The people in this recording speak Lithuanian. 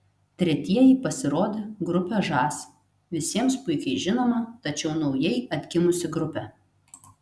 tretieji pasirodė grupė žas visiems puikiai žinoma tačiau naujai atgimusi grupė